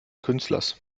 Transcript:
künstlers